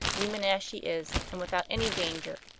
human as she is, and without any danger.